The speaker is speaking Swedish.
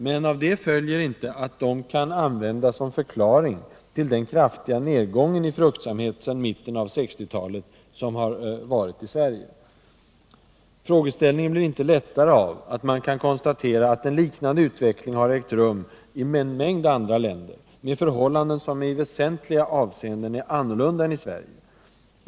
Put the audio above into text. Men av detta följer inte att de kan användas som förklaring till den kraftiga nedgången i fruktsamhet sedan mitten av 1960-talet i Sverige. Frågeställningen blir inte lättare av att man kan konstatera att en liknande utveckling har ägt rum i en mängd andra länder med förhållanden som i väsentliga avseenden är annorlunda än i Sverige.